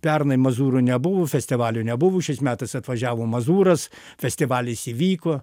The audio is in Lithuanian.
pernai mazūro nebuvo festivalio nebuvo šiais metais atvažiavo mazūras festivalis įvyko